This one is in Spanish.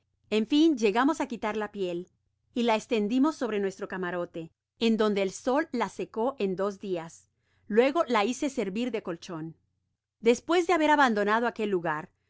en fin llegamos á quitar la piel y le estendimos sobre nuestro camarote en donde el sol la secó en dos dias luego la hice servir de colchon despues de haber abandonado aquel lugar